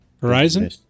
Horizon